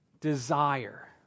desire